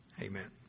Amen